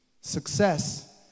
Success